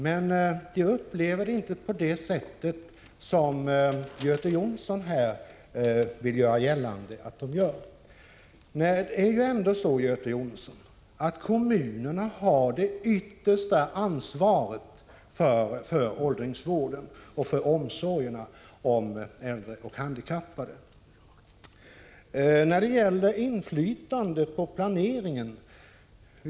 Men jag anser inte att de upplever sin situation på det sätt som Göte Jonsson här vill göra gällande. Det är ju ändå så, Göte Jonsson, att kommunerna har det yttersta ansvaret för åldringsvården och för omsorgen om äldre handikappade. När det gäller inflytande på planeringen kan jag ge ett exempel.